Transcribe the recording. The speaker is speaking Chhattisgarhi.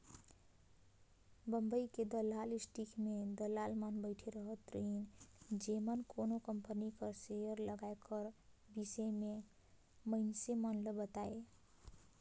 बंबई के दलाल स्टीक में दलाल मन बइठे रहत रहिन जेमन कोनो कंपनी कर सेयर लगाए कर बिसे में मइनसे मन ल बतांए